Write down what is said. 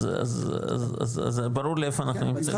אז ברור לי איפה אנחנו נמצאים.